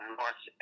north